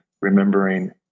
remembering